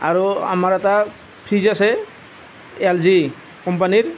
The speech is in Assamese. আৰু আমাৰ এটা ফ্ৰিজ আছে এল জি কোম্পানীৰ